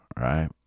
right